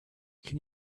can